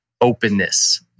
openness